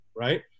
right